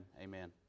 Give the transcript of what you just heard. amen